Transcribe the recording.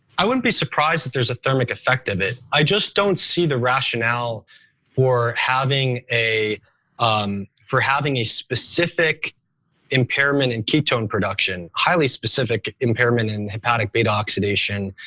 i wouldn't be surprised if there's a thermic effect of it. i just don't see the rationale for having a for having a specific impairment in ketone production, highly specific impairment in hepatic beta-oxidation